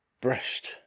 Breast